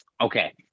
Okay